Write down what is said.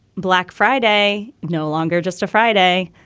black friday no longer just a friday,